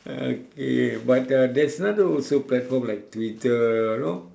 okay but uh there's another also platform like Twitter you know